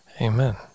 Amen